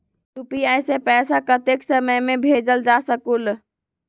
UPI से पैसा कतेक समय मे भेजल जा स्कूल?